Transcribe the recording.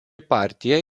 partija